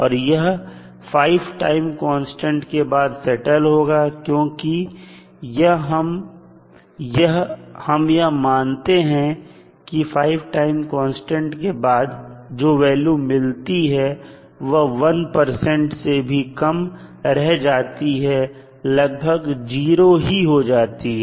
और यह 5 time constant के बाद सेटल होगा क्योंकि हम यह मानते हैं कि 5 टाइम कांस्टेंट के बाद जो वैल्यू मिलती है वह 1 से भी कम रह जाती है और लगभग 0 हो जाती है